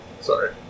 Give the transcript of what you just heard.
Sorry